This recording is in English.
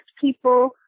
people